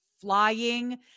flying